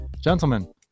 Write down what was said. gentlemen